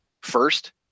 first